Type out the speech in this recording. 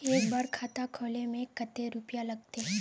एक बार खाता खोले में कते रुपया लगते?